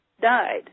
died